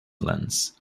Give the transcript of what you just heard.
lens